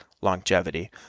longevity